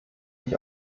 ich